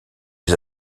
les